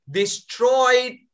destroyed